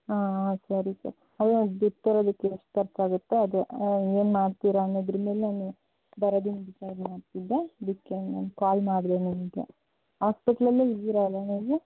ಹಾಂ ಸರಿ ಸರ್ ಅದೇ ಬಿಟ್ಟು ಬರೋದಕ್ಕೆ ಎಷ್ಟು ಹೊತ್ತಾಗತ್ತೆ ಅದೇ ಏನು ಮಾಡ್ತೀರಾ ಅನ್ನೋದ್ರ್ಮೇಲೆ ನಾನು ಬರೋದನ್ನ ಡಿಸೈಡ್ ಮಾಡ್ತಿದ್ದೆ ಅದಕ್ಕೆ ನಾನು ಕಾಲ್ ಮಾಡಿದೆ ನಿಮಗೆ ಹಾಸ್ಪೆಟ್ಲಲ್ಲೇ ಇದ್ದೀರಾ ಅಲ್ವಾ ನೀವು